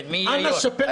אנא שפר את מקורותיך.